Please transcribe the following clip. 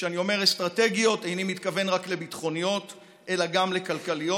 וכשאני אומר אסטרטגיות איני מתכוון רק לביטחוניות אלא גם לכלכליות.